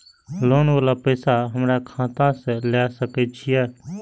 Loan वाला पैसा हमरा खाता से लाय सके छीये?